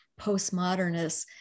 postmodernists